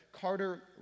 Carter